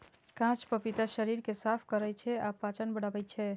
कांच पपीता शरीर कें साफ करै छै आ पाचन बढ़ाबै छै